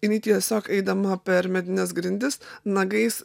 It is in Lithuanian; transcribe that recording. jinai tiesiog eidama per medines grindis nagais